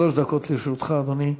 שלוש דקות לרשותך, אדוני.